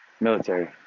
military